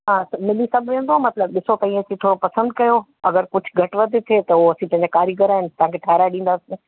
हा मिली सभु वेंदव मतिलबु ॾिसो तव्हीं अची पसंदि कयो अगरि कुझु घटि वधि थिए त उहो असीं पंहिंजे कारीगर आहिनि तव्हांखे ठाराहे ॾींदासीं